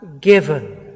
given